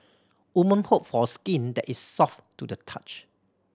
women hope for skin that is soft to the touch